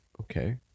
okay